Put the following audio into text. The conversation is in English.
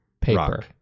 paper